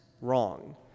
wrong